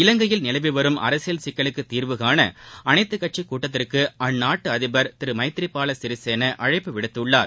இலங்கையில் நிலவி வரும் அரசியல் சிக்கலுக்கு தீர்வுகாண அனைத்துக்கட்சிக் கூட்டத்திற்கு அந்நாட்டு அதிபர் திரு மைத்ரி பால சிறிசேனா அழைப்பு விடுத்துள்ளார்